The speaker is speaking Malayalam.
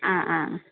ആ ആ ആ